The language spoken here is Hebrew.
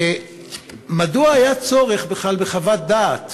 מדוע היה צורך בכלל בחוות דעת